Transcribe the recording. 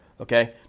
Okay